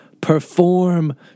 perform